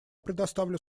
предоставлю